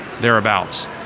thereabouts